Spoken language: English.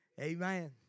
Amen